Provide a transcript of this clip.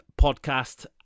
podcast